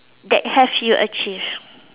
that have you achieved